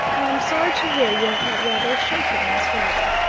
i am sorry to hear you have had rather a shaking, miss rider.